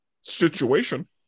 situation